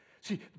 See